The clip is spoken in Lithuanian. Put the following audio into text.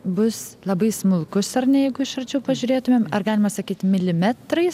bus labai smulkus ar ne jeigu iš arčiau pažiūrėtumėm ar galima sakyt milimetrais